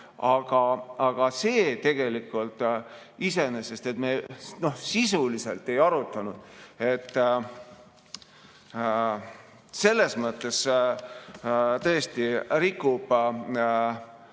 Aga tegelikult iseenesest me sisuliselt ei arutanud, selles mõttes tõesti rikub